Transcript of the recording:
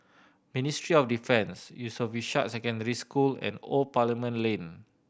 Ministry of Defence Yusof Ishak Secondary School and Old Parliament Lane